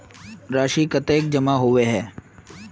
राशि कतेक जमा होय है?